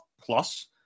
plus